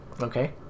Okay